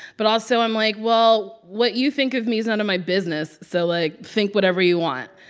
but also, i'm like, well, what you think of me is none of my business. so like, think whatever you want.